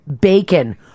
bacon